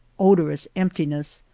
odorous emptiness,